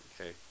Okay